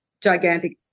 gigantic